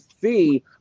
see